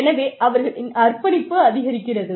எனவே அவர்களின் அர்ப்பணிப்பு அதிகரிக்கிறது